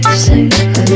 sing